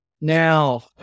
now